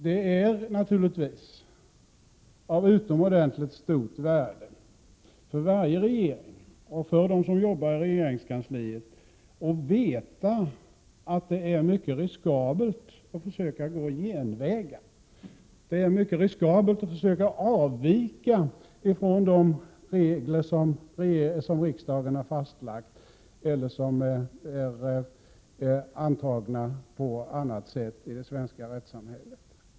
Det är naturligtvis av utomordentligt stort värde för varje regering och för dem som arbetar i regeringskansliet att veta att det är mycket riskabelt att försöka gå genvägar, att det är mycket riskabelt att försöka avvika från de regler som riksdagen har fastlagt eller som är antagna på annat sätt i det svenska rättssamhället.